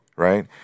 Right